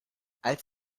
als